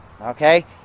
okay